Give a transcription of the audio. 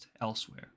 elsewhere